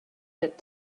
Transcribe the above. that